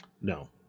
No